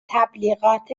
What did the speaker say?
تبلیغات